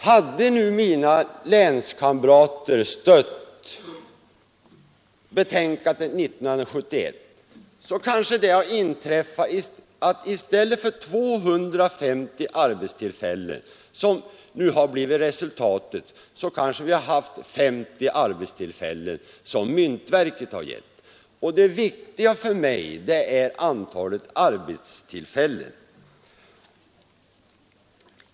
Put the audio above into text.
Hade nu mina länskamrater stött betänkandet 1971, så kanske det hade inträffat att i stället för 250 arbetstillfällen, som nu har blivit resultatet, hade vi haft 50 arbetstillfällen som myntverket hade gett. Det viktiga för mig är antalet arbetstillfällen.